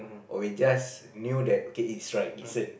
or we just knew that okay it's right listen